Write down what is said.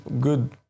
good